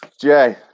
Jay